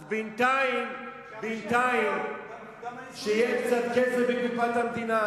אז בינתיים שיהיה קצת כסף בקופת המדינה,